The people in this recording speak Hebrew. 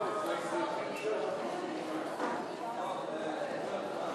חוק התכנון והבנייה (תיקון